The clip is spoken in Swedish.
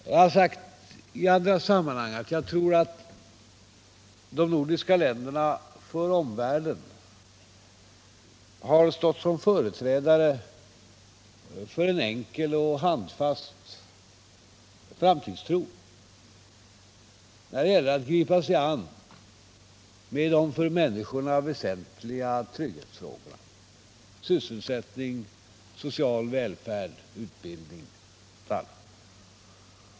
Jag har i andra sammanhang sagt att de nordiska länderna för omvärlden har stått som företrädare för en enkel och handfast framtidstro när det gäller att gripa sig an med de för människorna väsentliga trygghetsfrågorna: sysselsättning, social välfärd, utbildning och framtid.